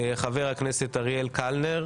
- אריאל קלנר